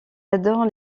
adore